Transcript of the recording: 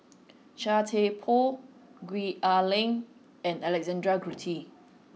Chia Thye Poh Gwee Ah Leng and Alexander Guthrie